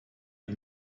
ihm